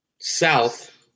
south